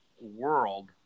world